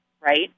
right